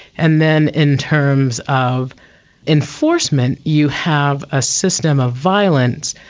and then in terms of enforcement you have a system of violence,